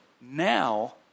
now